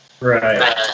Right